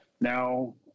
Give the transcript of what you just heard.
Now